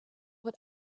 what